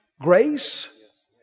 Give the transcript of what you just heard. Grace